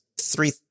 three